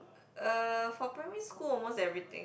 uh for primary school almost everything